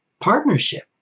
partnership